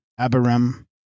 Abiram